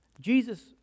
Jesus